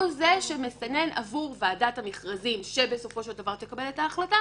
הוא זה שמסנן את המידע עבור ועדת המכרזים שבסופו של דבר תקבל את ההחלטה.